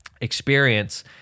experience